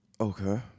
Okay